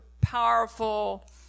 powerful